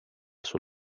sul